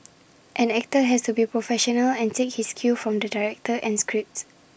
an actor has to be professional and take his cue from the director and script